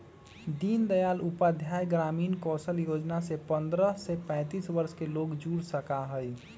दीन दयाल उपाध्याय ग्रामीण कौशल योजना से पंद्रह से पैतींस वर्ष के लोग जुड़ सका हई